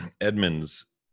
edmund's